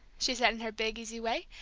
she said in her big, easy way,